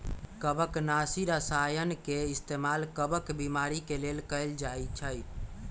कवकनाशी रसायन के इस्तेमाल कवक बीमारी के लेल कएल जाई छई